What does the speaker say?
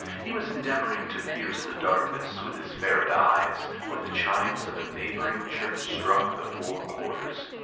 he was endeavouring to pierce the darkness with his ferret eyes, when the chimes of a neighbouring church struck the four quarters.